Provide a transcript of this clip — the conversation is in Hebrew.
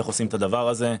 איך עושים את הדבר הזה.